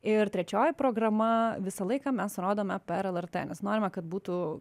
ir trečioji programa visą laiką mes rodome per lrt nes norime kad būtų